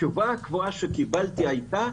התשובה הקבועה שקיבלתי הייתה: